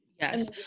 Yes